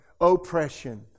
oppression